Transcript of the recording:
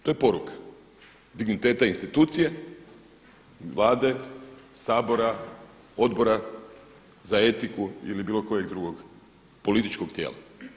To je poruka, digniteta i institucije, Vlade, Sabora, Odbora za etiku ili bilo kojeg drugog političkog tijela.